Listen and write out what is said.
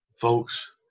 folks